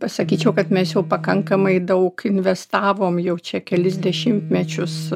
pasakyčiau kad mes jau pakankamai daug investavom jau čia kelis dešimtmečius